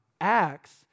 Acts